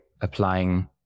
applying